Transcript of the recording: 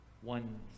one